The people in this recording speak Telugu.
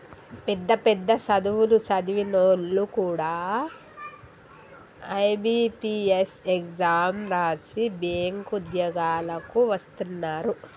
పెద్ద పెద్ద సదువులు సదివినోల్లు కూడా ఐ.బి.పీ.ఎస్ ఎగ్జాం రాసి బ్యేంకు ఉద్యోగాలకు వస్తున్నరు